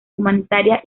humanitaria